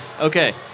Okay